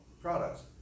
products